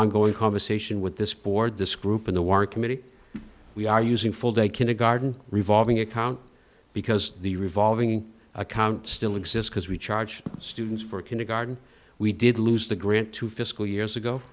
ongoing conversation with this board this group in the work committee we are using full day kindergarten revolving account because the revolving account still exists because we charge students for kindergarten we did lose the grant two fiscal years ago